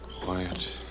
Quiet